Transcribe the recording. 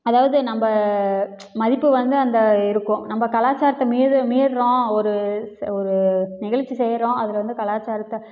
அதாவது நம்ம மதிப்பு வந்து அந்த இருக்கும் நம்ம கலாச்சாரத்தை மீறி மீறுகிறோம் ஒரு ஒரு நிகழ்ச்சி செய்கிறோம் அதில் வந்து கலாச்சாரத்தை